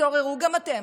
תתעוררו גם אתם,